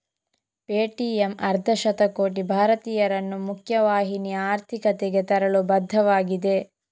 Paytm ಅರ್ಧ ಶತಕೋಟಿ ಭಾರತೀಯರನ್ನು ಮುಖ್ಯ ವಾಹಿನಿಯ ಆರ್ಥಿಕತೆಗೆ ತರಲು ಬದ್ಧವಾಗಿದೆ